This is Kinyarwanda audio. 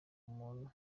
umuntu